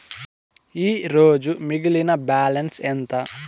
ఈరోజు మిగిలిన బ్యాలెన్స్ ఎంత?